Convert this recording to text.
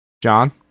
John